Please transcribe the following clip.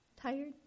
Tired